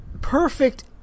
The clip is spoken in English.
perfect